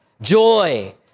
joy